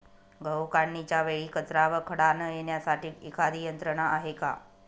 गहू काढणीच्या वेळी कचरा व खडा न येण्यासाठी एखादी यंत्रणा आहे का?